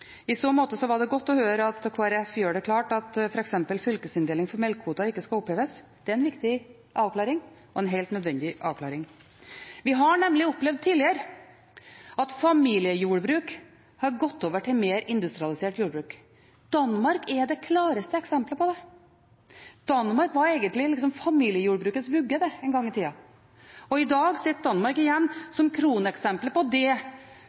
I så måte var det godt å høre at Kristelig Folkeparti gjør det klart at f.eks. fylkesinndeling for melkekvoter ikke skal oppheves. Det er en viktig avklaring – og en helt nødvendig avklaring. Vi har nemlig opplevd tidligere at familiejordbruk har gått over til mer industrialisert jordbruk. Danmark er det klareste eksempelet på det. Danmark var egentlig familiejordbrukets vugge en gang i tida. I dag sitter Danmark igjen som kroneksempelet på det